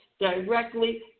directly